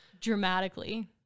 dramatically